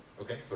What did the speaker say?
Okay